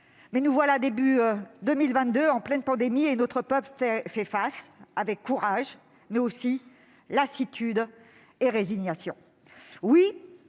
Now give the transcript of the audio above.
Or nous voici, au début de 2022, encore en pleine pandémie : notre peuple fait face avec courage, mais aussi lassitude et résignation.